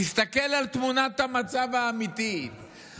תסתכל על תמונת המצב האמיתית.